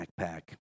backpack